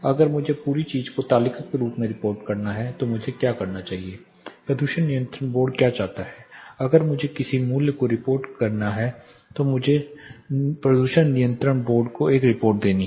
अगर मुझे पूरी चीज़ को तालिका के रूप में रिपोर्ट करना है तो मुझे क्या करना चाहिए प्रदूषण नियंत्रण बोर्ड क्या चाहता है अगर मुझे किसी मूल्य की रिपोर्ट करनी है या मुझे प्रदूषण नियंत्रण बोर्ड को एक रिपोर्ट देनी है